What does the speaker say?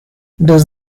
does